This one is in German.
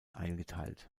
eingeteilt